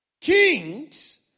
kings